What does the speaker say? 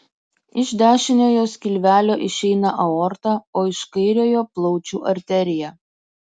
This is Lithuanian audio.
iš dešiniojo skilvelio išeina aorta o iš kairiojo plaučių arterija